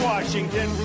Washington